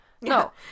No